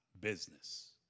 business